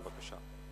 בבקשה.